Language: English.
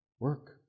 Work